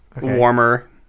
Warmer